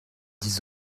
dix